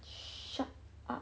shut up